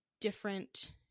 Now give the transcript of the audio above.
different